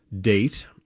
date